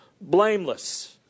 blameless